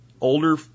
older